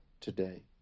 today